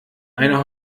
eine